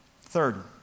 Third